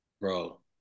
Bro